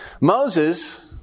Moses